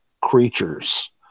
creatures